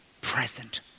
present